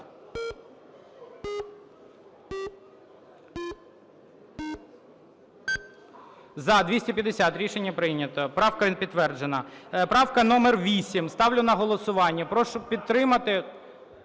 За-250 Рішення прийнято. Правка підтверджена. Правка номер 8 – ставлю на голосування. Прошу підтримати…